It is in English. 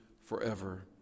forever